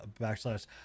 backslash